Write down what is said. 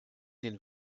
den